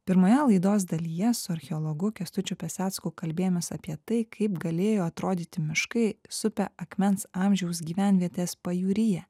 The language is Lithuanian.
pirmoje laidos dalyje su archeologu kęstučiu pesecku kalbėjomės apie tai kaip galėjo atrodyti miškai supę akmens amžiaus gyvenvietes pajūryje